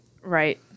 Right